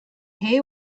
hay